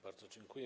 Bardzo dziękuję.